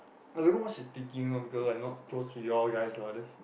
I don't know what she thinking of because I not close to you all guys lah that's